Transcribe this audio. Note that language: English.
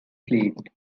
fleet